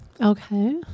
Okay